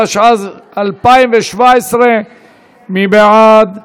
התשע"ז 2017. מי בעד?